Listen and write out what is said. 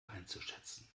einzuschätzen